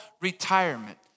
retirement